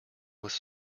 was